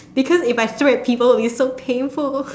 because if I threw at people it would be so painful